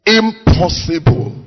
impossible